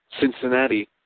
Cincinnati